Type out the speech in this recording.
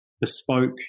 bespoke